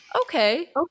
Okay